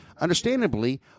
Understandably